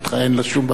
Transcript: אין לו שום בעיה.